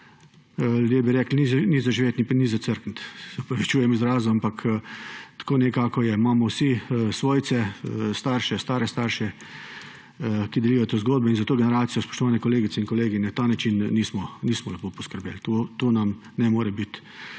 Ljudje bi rekli, ni za živeti ni za crkniti, se opravičujem izrazu, ampak tako nekako je. Imamo vsi svojce, starše, stare starše, ki delijo to zgodbo. Za to generacijo, spoštovane kolegice in kolegi, na ta način nismo lepo poskrbeli, to nam ne more biti